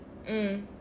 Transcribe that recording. mm